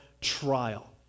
trial